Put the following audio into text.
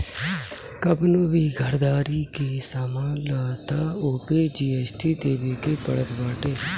कवनो भी घरदारी के सामान लअ तअ ओपे जी.एस.टी देवे के पड़त बाटे